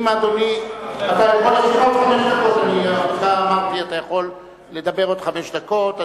אתה יכול לדבר חמש דקות.